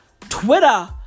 Twitter